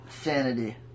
Sanity